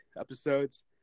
episodes